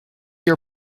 your